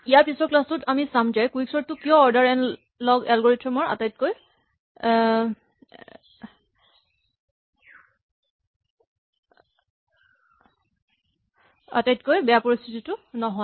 ইয়াৰ পিছৰ ক্লাচ টোত আমি চাম যে কুইকচৰ্ট টো কিয় অৰ্ডাৰ এন লগ এলগৰিথম ৰ আটাইতকৈ বেয়া পৰিস্হিতি নহয়